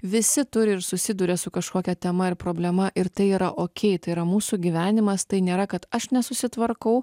visi turi ir susiduria su kažkokia tema ir problema ir tai yra okei yra mūsų gyvenimas tai nėra kad aš nesusitvarkau